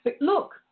Look